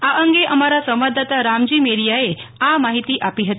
આ અંગે અમારા સંવાદદાતા રામજી મેરિયાએ આ માહિતી આપી હતી